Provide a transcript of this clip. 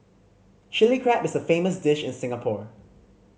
Chilli Crab is a famous dish in Singapore